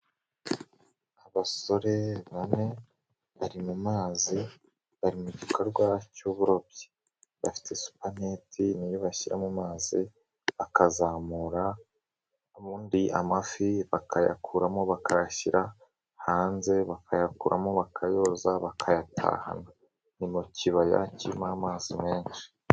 Abasore bane, bari mu mazi, bari mu gikorwa cy'uburobyi, bafite supeneti imwe bashyira mu mazi, akazamura ubundi amafi bakayakuramo bakayashyira, hanze bakayakuramo bakayoza, bakayatahana. Ni mu kibaya kirimo amazi menshi.